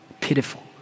pitiful